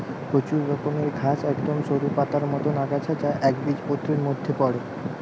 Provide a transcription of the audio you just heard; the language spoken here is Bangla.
প্রচুর রকমের ঘাস একদম সরু পাতার মতন আগাছা যা একবীজপত্রীর মধ্যে পড়ে